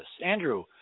andrew